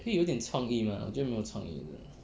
可以有点创意 mah 我觉得没有创意真的